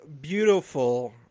beautiful